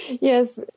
Yes